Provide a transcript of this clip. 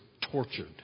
tortured